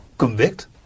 Convict